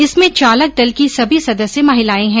इसमें चालक दल की सभी सदस्य महिलाएं है